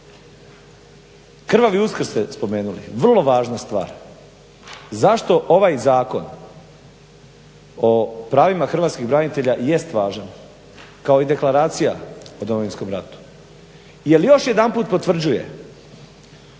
Krvavi Uskrs ste spomenuli, vrlo važna stvar. Zašto ovaj Zakon o pravima hrvatskih branitelja jest važan kao i Deklaracija o Domovinskom ratu? Jer još jedanput potvrđuje